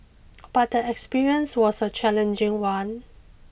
but the experience was a challenging one